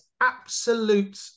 absolute